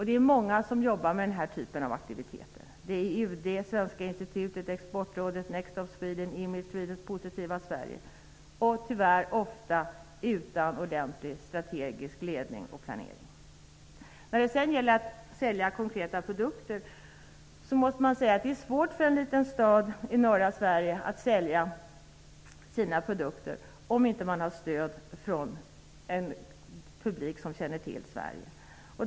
Det är många som arbetar med denna typ av aktiviteter: UD, Svenska institutet, Exportrådet, Next Stop Sweden, Image Sweden, Positiva Sverige m.fl. Tyvärr sker det ofta utan ordentlig strategisk ledning och planering. När det sedan gäller att sälja konkreta produkter är det svårt t.ex. för en liten stad i norra Sverige att sälja sina produkter, om man där inte har stöd i en viss publik som känner till Sverige.